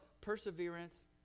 perseverance